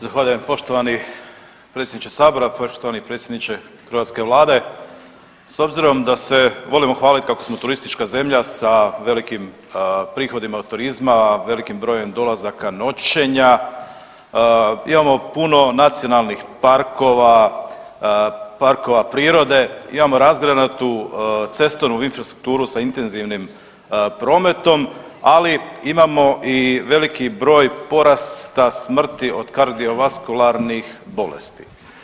Zahvaljujem poštovani predsjedniče sabora- Poštovani predsjedniče hrvatske Vlade, s obzirom da se volimo hvaliti kako smo turistička zemlja sa velikim prihodima od turizma, velikim brojem dolazaka, noćenja, imamo puno nacionalnih parkova, parkova prirode, imamo razgranatu cestovnu infrastrukturu sa intenzivnim prometom, ali imamo i veliki broj porasta smrti od kardiovaskularnih bolesti.